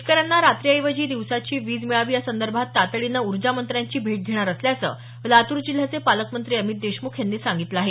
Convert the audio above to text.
शेतकऱ्यांना रात्री ऐवजी दिवसाची वीज मिळावी या संदर्भात तताडीनं ऊर्जा मंत्र्यांची भेट घेणार असल्याचं लातूर जिल्ह्याचे पालकमंत्री अमित देशमुख यांनी सांगितलं आहे